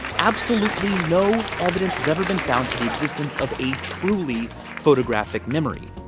absolutely no evidence has ever been found for the existence of a truly photographic memory.